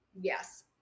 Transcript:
Yes